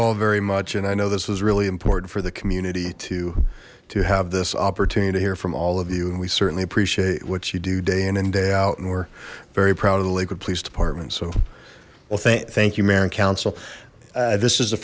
all very much and i know this was really important for the community to to have this opportunity to hear from all of you and we certainly appreciate what you do day in and day out and we're very proud of the lakewood police department so well thank you mayor and council this is the